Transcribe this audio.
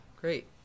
great